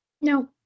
No